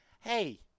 hey